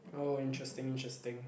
oh interesting interesting